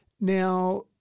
Now